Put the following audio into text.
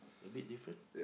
a bit different